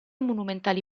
monumentali